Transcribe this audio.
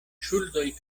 ŝuldoj